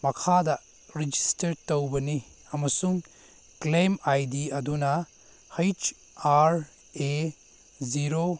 ꯃꯈꯥꯗ ꯔꯤꯖꯤꯁꯇ꯭ꯔ ꯇꯧꯕꯅꯤ ꯑꯃꯁꯨꯡ ꯀ꯭ꯂꯦꯝ ꯑꯥꯏ ꯗꯤ ꯑꯗꯨꯅ ꯍꯩꯁ ꯑꯥꯔ ꯑꯦ ꯖꯤꯔꯣ